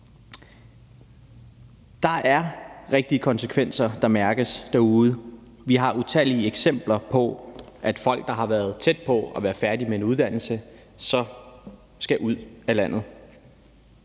Der er rigtige konsekvenser, der mærkes derude. Vi har utallige eksempler på, at folk, der har været tæt på at være færdige med en uddannelse, så skal ud af landet.